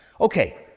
Okay